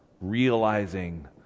realizing